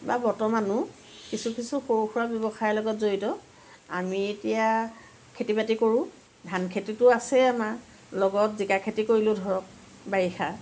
বা বৰ্তমানো কিছু কিছু সৰু সুৰা ব্যৱসায়ৰ লগত জড়িত আমি এতিয়া খেতি বাতি কৰোঁ ধান খেতিটো আছেই আমাৰ লগত জিকা খেতি কৰিলোঁ ধৰক বাৰিষা